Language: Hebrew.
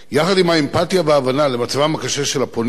יחד עם האמפתיה וההבנה למצבם הקשה של הפונים,